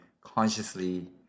consciously